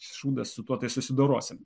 šūdas su tuo susidorosim